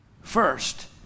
first